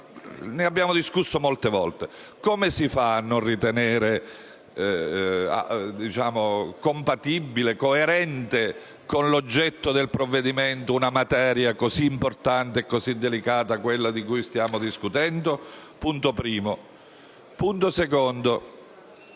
ne abbiamo discusso molte volte. Come si fa a non ritenere compatibile e coerente con l'oggetto del provvedimento una materia così importante e così delicata quale quella di cui stiamo discutendo? In secondo